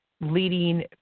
leading